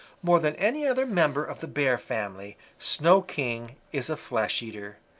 more than any other member of the bear family, snow king is a flesh eater.